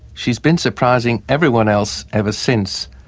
she's been surprising everyone else ever since.